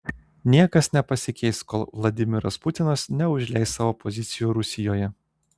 niekas nepasikeis kol vladimiras putinas neužleis savo pozicijų rusijoje